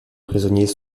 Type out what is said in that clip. prisonniers